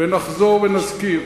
ונחזור ונזכיר,